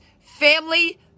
family